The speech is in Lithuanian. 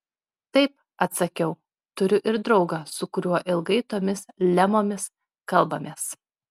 taip atsakiau turiu ir draugą su kuriuo ilgai tomis lemomis kalbamės